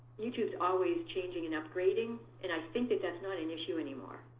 youtube's always changing and upgrading, and i think that that's not an issue anymore.